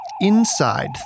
inside